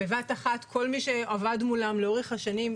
בבת אחת כל מי שעבד מולם לאורך השנים,